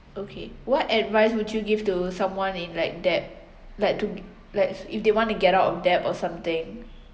okay what advice would you give to someone in like debt like to like if they want to get out of debt or something